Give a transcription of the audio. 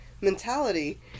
mentality